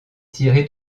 tiré